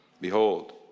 Behold